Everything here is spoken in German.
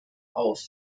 auf